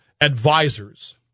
advisors